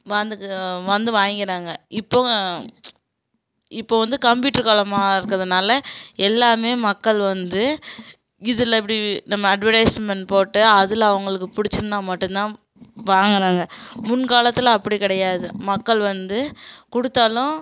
வந்து கா வந்து வாய்ங்கிறாங்க இப்போ இப்போது வந்து கம்ப்யூட்டர் காலமாக இருக்கறதுனால் எல்லாமே மக்கள் வந்து இதில் இப்படி நம்ம அட்வர்டைஸ்மென்ட் போட்டு அதில் அவங்களுக்கு பிடிச்சிருந்தா மட்டுந்தான் வாங்கறாங்க முன் காலத்தில் அப்படி கிடையாது மக்கள் வந்து கொடுத்தாலும்